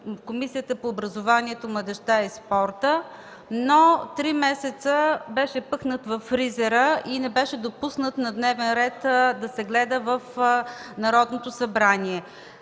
Комисията по въпросите на децата, младежта и спорта. Три месеца беше пъхнат във фризера и не беше допуснат на дневен ред – да се гледа в Народното събрание.